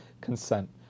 consent